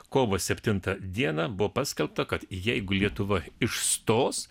kovo septintą dieną buvo paskelbta kad jeigu lietuva išstos